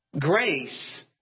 Grace